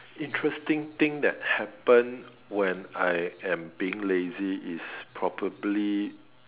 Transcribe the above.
interesting thing that happen when I am being lazy is probably